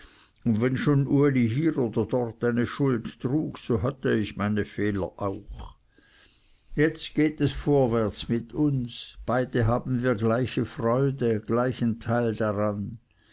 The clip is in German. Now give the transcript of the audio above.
und wenn schon uli hier oder dort eine schuld trug so hatte ich meine fehler auch jetzt geht es vorwärts mit uns beide haben wir gleiche freude gleichen teil daran